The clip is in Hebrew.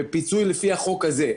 ופיצוי לפי החוק הזה.